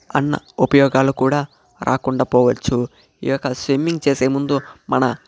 అన్న ఉపయోగాలు కూడా రాకుండా పోవచ్చు ఈ యొక్క స్విమ్మింగ్ చేసే ముందు మన